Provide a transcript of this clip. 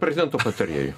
prezidento patarėju